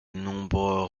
nombreux